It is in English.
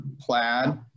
Plaid